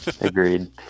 Agreed